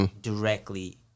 directly